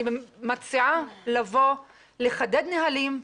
אני מציעה לבוא לחדד נהלים,